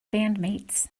bandmates